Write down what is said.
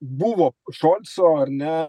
buvo šolco ar ne